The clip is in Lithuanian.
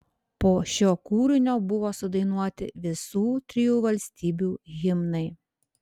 po šio kūrinio buvo sudainuoti visų trijų valstybių himnai